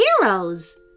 heroes